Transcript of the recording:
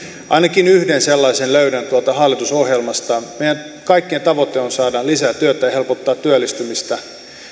ainakin yhden sellaisen löydän tuolta hallitusohjelmasta meidän kaikkien tavoite on saada lisää työtä ja helpottaa työllistymistä